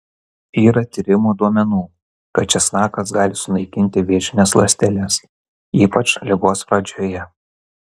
yra tyrimų duomenų kad česnakas gali sunaikinti vėžines ląsteles ypač ligos pradžioje